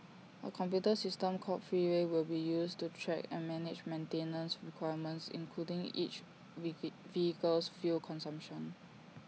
A computer system called Freeway will be used to track and manage maintenance requirements including each vehicle's fuel consumption